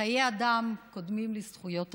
חיי אדם קודמים לזכויות אדם.